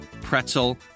pretzel